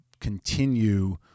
continue